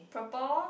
purple